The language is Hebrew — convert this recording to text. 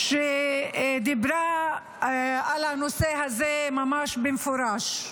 שדיברה על הנושא הזה ממש במפורש.